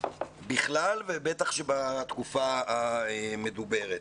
בכלל, ובטח שבתקופה המדוברת.